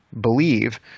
believe